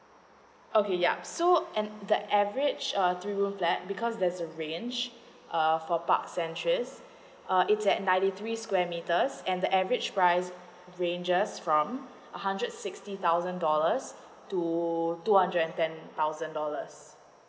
okay ya so um the average err three room that because there's a range uh for park censures uh it's at ninety three square meters and the average price ranges from a hundred sixty thousand dollars to two hundred and ten thousand dollars